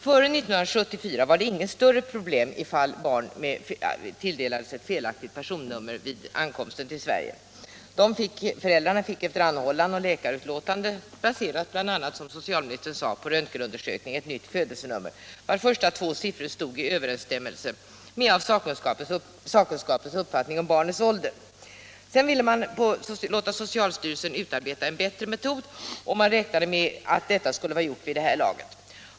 Före 1974 var det inget större problem om barnet tilldelats ett felaktigt personnummer vid ankomsten till Sverige. Barnet fick efter anhållan från föräldrarna och efter läkarutlåtande, baserat, som socialministern sade, bl.a. på röntgenundersökning, ett nytt födelsenummer, vars första två siffror stod i överensstämmelse med sakkunskapens uppfattning om barnets ålder. Sedan ville man låta socialstyrelsen utarbeta en bättre me tod, och man räknade med att detta skulle vara gjort vid det här laget.